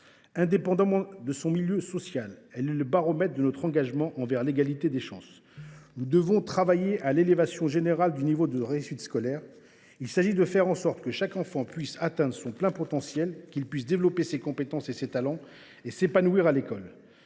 indépendamment de son milieu social. Elle est le baromètre de notre engagement pour l’égalité des chances. Nous devons travailler à l’élévation générale du niveau de réussite scolaire. Il s’agit de faire en sorte que chaque enfant puisse atteindre son plein potentiel, développer ses compétences et ses talents, et s’épanouir à l’école.